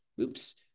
Oops